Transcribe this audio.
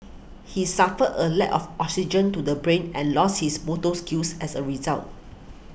he suffered a lack of oxygen to the brain and lost his motor skills as a result